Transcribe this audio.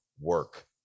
work